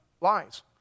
lies